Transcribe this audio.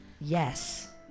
Yes